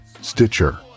Stitcher